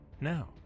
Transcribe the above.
Now